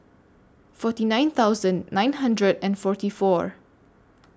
forty nine thousand nine hundred and forty four